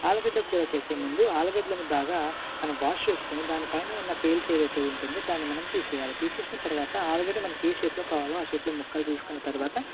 ఆలుగడ్డ కూర చేసే ముందు ఆలుగడ్డలని బాగా వాష్ చేసుకుని దానిపైన ఉన్నపేల్స్ ఏదయితే ఉంటుందో దాన్ని తీసేయాలి తీసేసిన తర్వాత ఆలుగడ్డ మనకి ఏ షేపులో కావాలో ఆ షేపులో ముక్కలు చేసుకున్న తర్వాత